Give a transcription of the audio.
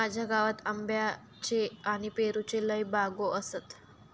माझ्या गावात आंब्याच्ये आणि पेरूच्ये लय बागो आसत